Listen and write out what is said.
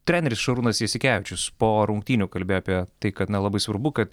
treneris šarūnas jasikevičius po rungtynių kalbėjo apie tai kad na labai svarbu kad